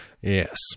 Yes